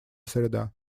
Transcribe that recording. среда